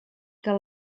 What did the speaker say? que